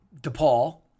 Depaul